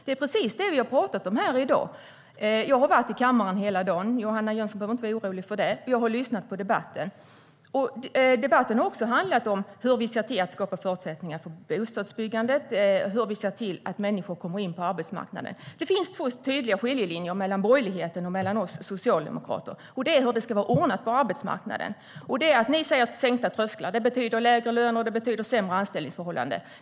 Det är precis det vi har talat om här i dag. Jag har varit i kammaren hela dagen; Johanna Jönsson behöver inte vara orolig för det. Jag har lyssnat på debatten. Den har också handlat om hur vi ser till att skapa förutsättningar för bostadsbyggandet och hur vi ser till att människor kommer in på arbetsmarknaden. Det finns en tydlig skiljelinje mellan borgerligheten och oss socialdemokrater. Det handlar om hur det ska vara ordnat på arbetsmarknaden. Ni säger: Sänkta trösklar! Det betyder lägre löner och sämre anställningsförhållanden.